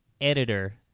editor